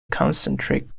concentric